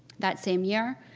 that same year,